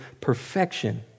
perfection